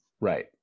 Right